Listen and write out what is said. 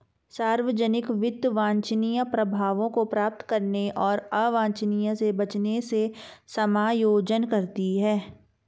सार्वजनिक वित्त वांछनीय प्रभावों को प्राप्त करने और अवांछित से बचने से समायोजन करती है